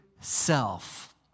self